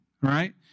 right